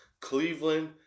Cleveland